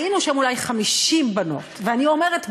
היינו שם אולי 50 בנות, ואני אומרת בנות,